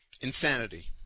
insanity